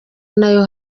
nayo